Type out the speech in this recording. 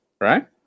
right